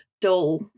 dull